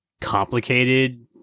complicated